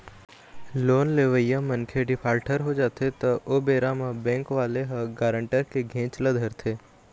loan लेवइया मनखे defaulter हो जाथे त ओ बेरा म बेंक वाले ह गारंटर के घेंच ल धरथे